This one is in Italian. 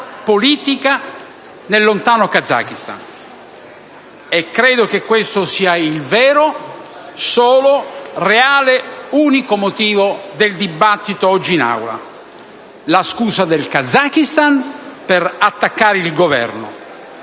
politica nel lontano Kazakistan. E credo che questo sia il vero, solo, reale, unico motivo del dibattito che stiamo svolgendo oggi in Aula: la scusa del Kazakistan per attaccare il Governo,